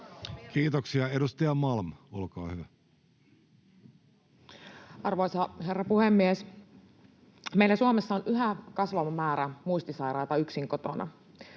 Kiitoksia. — Edustaja Malm, olkaa hyvä. Arvoisa herra puhemies! Meillä Suomessa on yhä kasvava määrä muistisairaita yksin kotona.